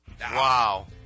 Wow